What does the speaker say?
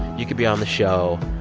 you could be on the show.